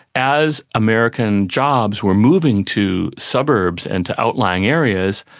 as american jobs were moving to suburbs and to outlying areas,